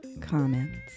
comments